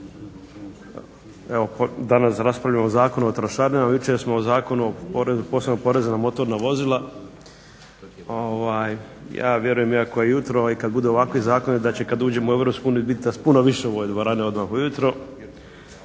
Evo danas raspravljamo o Zakonu o trošarinama, jučer smo o Zakonu o posebnom porezu na motorna vozila. Ja vjerujem iako je jutro kad budu ovakvi zakoni da će kad uđemo u Europsku uniju bit nas puno više u ovoj dvorani odmah ujutro